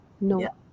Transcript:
No